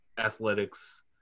athletics